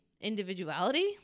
individuality